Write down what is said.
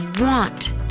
want